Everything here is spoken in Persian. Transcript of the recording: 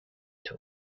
طور